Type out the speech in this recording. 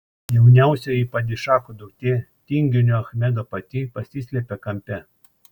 jauniausioji padišacho duktė tinginio achmedo pati pasislėpė kampe